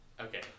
Okay